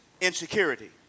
insecurity